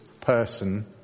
person